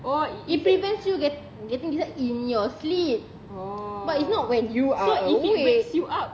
it prevents you get getting disturbed in your sleep but it's not when you are awake